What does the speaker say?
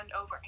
over